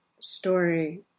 story